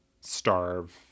starve